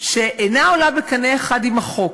שאינה עולה בקנה אחד עם החוק,